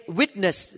witness